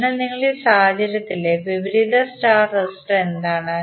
അതിനാൽ ഈ സാഹചര്യത്തിൽ വിപരീത സ്റ്റാർ റെസിസ്റ്റർ എന്താണ്